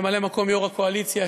ממלא-מקום יו"ר הקואליציה,